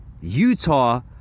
Utah